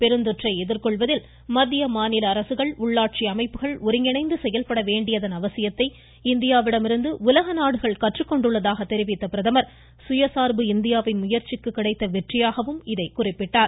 பெருந்தொற்றை எதிர்கொள்வதில் மத்திய மாநில அரசுகள் உள்ளாட்சி அமைப்புகள் ஒருங்கிணைந்து செயல்பட வேண்டியதன் அவசியத்தை இந்தியாவிடமிருந்து உலக நாடுகள் கற்றுக் கொண்டுள்ளதாக தெரிவித்த பிரதமர் சுயசார்பு இந்தியாவின் முயற்சிக்கு கிடைத்த வெற்றியாகவும் இதை குறிப்பிட்டார்